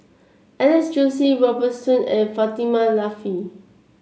Alex Josey Robert Soon and Fatimah Lateef